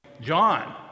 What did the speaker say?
John